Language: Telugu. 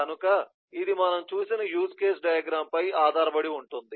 కనుక ఇది మనము చూసిన యూజ్ కేసు డయాగ్రమ్ పై ఆధారపడి ఉంటుంది